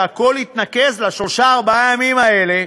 שהכול יתנקז לשלושה-ארבעה הימים האלה,